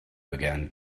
began